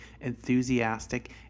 enthusiastic